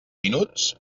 minuts